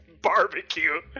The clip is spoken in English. barbecue